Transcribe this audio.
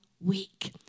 week